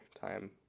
time